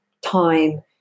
time